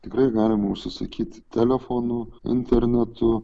tikrai galima užsisakyti telefonu internetu